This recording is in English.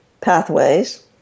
pathways